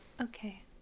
Okay